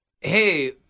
Hey